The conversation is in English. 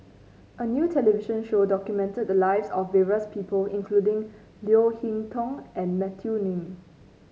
a new television show documented the lives of various people including Leo Hee Tong and Matthew Ngui